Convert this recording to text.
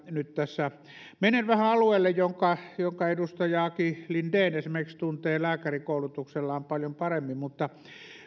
nyt tässä menen vähän alueelle jonka esimerkiksi edustaja aki linden tuntee lääkärikoulutuksellaan paljon paremmin mutta